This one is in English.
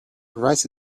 rice